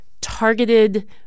targeted